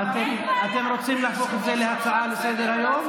אתם רוצים להפוך את זה להצעה לסדר-היום?